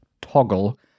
Toggle